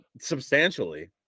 substantially